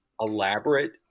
elaborate